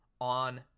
on